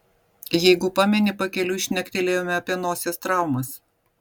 jeigu pameni pakeliui šnektelėjome apie nosies traumas